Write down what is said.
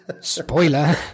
Spoiler